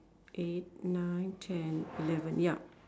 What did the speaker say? eight nine ten eleven ya